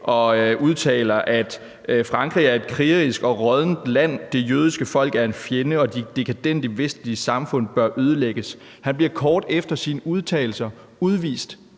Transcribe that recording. og udtaler, at Frankrig er et krigerisk og råddent land, at det jødiske folk er en fjende, og at de dekadente vestlige samfund bør ødelægges, bliver kort efter sine udtalelser udvist